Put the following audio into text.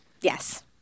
Yes